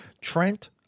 Trent